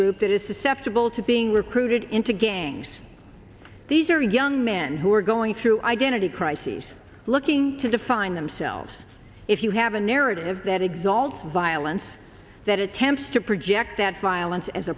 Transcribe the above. group that is susceptible to being recruited into gangs these are young men who are going through identity crises looking to define themselves if you have a narrative that exalts violence that attempts to project that violence as